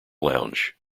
lounge